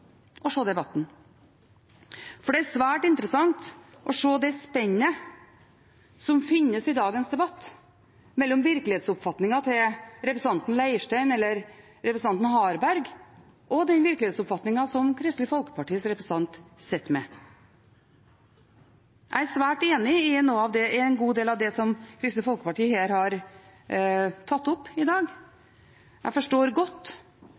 en så alvorlig og viktig sak. Men det er også interessant å høre debatten, for det er svært interessant å se det spennet som finnes i dagens debatt mellom virkelighetsoppfatningen til representanten Leirstein eller representanten Harberg og den virkelighetsoppfatningen som Kristelig Folkepartis representant sitter med. Jeg er svært enig i en god del av det som Kristelig Folkeparti har tatt opp her i dag. Jeg forstår det godt